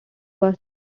was